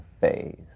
phase